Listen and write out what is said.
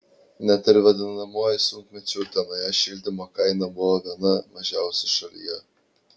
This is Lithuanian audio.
net ir vadinamuoju sunkmečiu utenoje šildymo kaina buvo viena mažiausių šalyje